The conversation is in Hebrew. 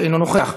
אינו נוכח,